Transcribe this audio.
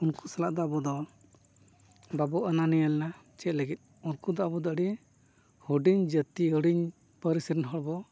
ᱩᱱᱠᱩ ᱥᱟᱞᱟᱜ ᱫᱚ ᱟᱵᱚᱫᱚ ᱵᱟᱵᱚᱱ ᱟᱱᱟ ᱱᱤᱭᱮᱞᱮᱱᱟ ᱪᱮᱫ ᱞᱟᱹᱜᱤᱫ ᱩᱱᱠᱩ ᱫᱚ ᱟᱵᱚᱫᱚ ᱟᱹᱰᱤ ᱦᱩᱰᱤᱧ ᱡᱟᱹᱛᱤ ᱦᱩᱰᱤᱧ ᱯᱟᱹᱨᱤᱥ ᱨᱮᱱ ᱦᱚᱲ ᱵᱚᱱ